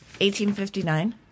1859